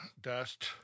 dust